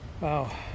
Wow